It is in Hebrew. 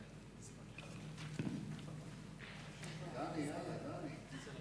ההצעה לכלול את הנושא בסדר-היום של הכנסת נתקבלה.